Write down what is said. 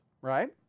right